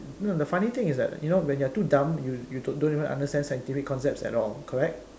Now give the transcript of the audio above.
no the funny thing is that you know when you're too dumb you you don't even understand scientific concepts at all correct